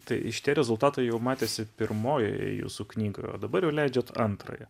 tai šitie rezultatai jau matėsi pirmojoje jūsų knygoje o dabar jau leidžiat antrąją